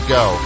go